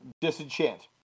disenchant